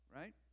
right